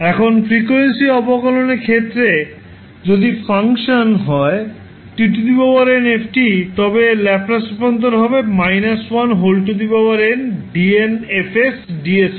এখন ফ্রিকোয়েন্সি অবকলন এর ক্ষেত্রে যদি ফাংশন হয় 𝑡𝑛𝑓𝑡 তবে এর ল্যাপ্লাস রূপান্তর হবে −1 𝑛 𝑑𝑛𝐹 𝑠 𝑑𝑠𝑛